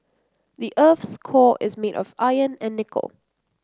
the earth's core is made of iron and nickel